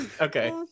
Okay